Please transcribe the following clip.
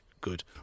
good